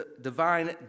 divine